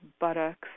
buttocks